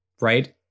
right